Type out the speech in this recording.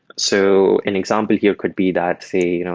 so an example here could be that, say, you know